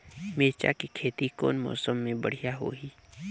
मिरचा के खेती कौन मौसम मे बढ़िया होही?